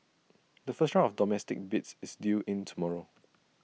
the first round of domestic bids is due in tomorrow